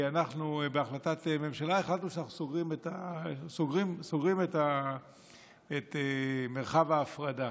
בהחלטת ממשלה החלטנו שאנחנו סוגרים את מרחב ההפרדה.